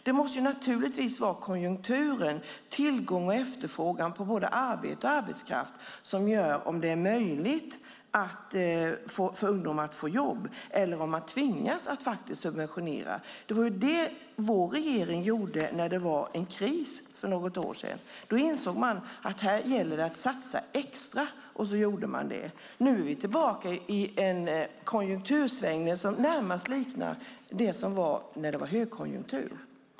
Det måste naturligtvis vara konjunkturen, tillgång och efterfrågan på både arbete och arbetskraft, som avgör om det är möjligt för ungdomar att få jobb eller om man tvingas att subventionera. Det var det vår regering gjorde när det var en kris för något år sedan. Då insåg man att här gäller det att satsa extra, och så gjorde man det. Nu är vi tillbaka i en konjunktursvängning som närmast liknar det som var när det var högkonjunktur.